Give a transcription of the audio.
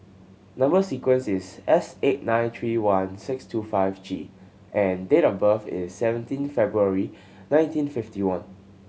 number sequence is S eight nine three one six two five G and date of birth is seventeen February nineteen fifty one